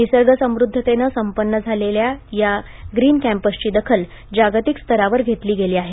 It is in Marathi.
निसर्ग समृद्धतेने संपन्न झालेल्या येथील ग्रीन कॅम्पसची दखल जागतिक स्तरावर घेतली गेली आहे